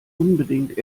unbedingt